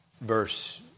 verse